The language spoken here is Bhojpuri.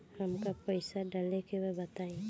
हमका पइसा डाले के बा बताई